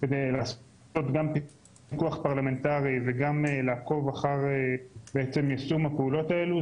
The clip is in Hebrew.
כדי לעשות גם פיקוח פרלמנטרי וגם לעקוב אחר יישום הפעולות האלה,